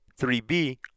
3B